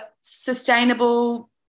sustainable